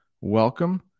Welcome